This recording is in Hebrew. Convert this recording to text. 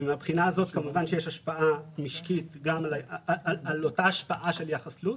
מהבחינה הזאת כמובן שיש השפעה משקית על אותה השפעה של יחסות,